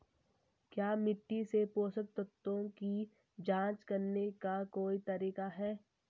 क्या मिट्टी से पोषक तत्व की जांच करने का कोई तरीका है?